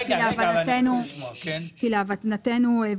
להבנתנו,